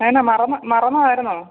അതെന്നാ മറന്ന് മറന്നതാര്ന്നോ